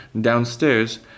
Downstairs